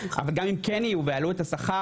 אבל גם אם כן יהיו בה ויעלו את השכר,